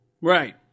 Right